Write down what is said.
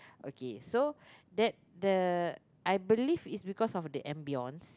okay so that the I believe it's because of the ambiance